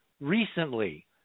recently